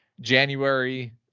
January